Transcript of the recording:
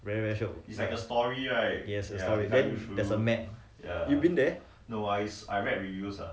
very very shiok yes yes there's a map you been there